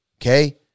Okay